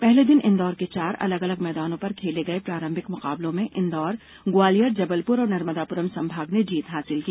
पहले दिन इंदौर के चार अलग अलग मैदानों पर खेले गए प्रारंभिक मुकाबलों में इंदौर ग्वालियर जबलपुर और नर्मदापुरम संभाग ने जीत हासिल की